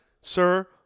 sir